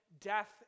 death